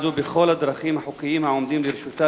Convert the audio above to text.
זו בכל הדרכים החוקיות העומדות לרשותה,